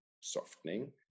softening